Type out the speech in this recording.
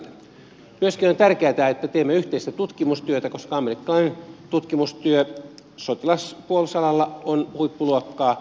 myöskin on tärkeätä että teemme yhteistä tutkimustyötä koska amerikkalainen tutkimustyö sotilas puolustusalalla on huippuluokkaa